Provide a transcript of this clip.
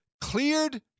cleared